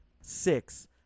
six